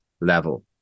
level